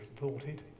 reported